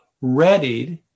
readied